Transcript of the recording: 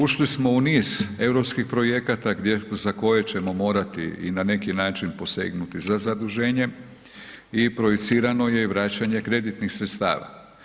Ušli smo u niz europskih projekata za koje ćemo morati i na neki način posegnuti za zaduženjem i projicirano je vraćanje kreditnih sredstava.